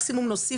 מקסימום נוסיף.